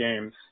games